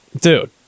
Dude